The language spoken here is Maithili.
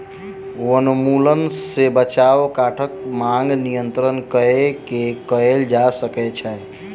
वनोन्मूलन सॅ बचाव काठक मांग नियंत्रित कय के कयल जा सकै छै